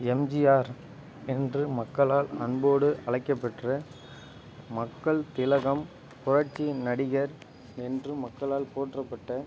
எம்ஜிஆர் என்று மக்களால் அன்போடு அழைக்கப்பெற்ற மக்கள் திலகம் புரட்சி நடிகர் என்று மக்களால் போற்றப்பட்ட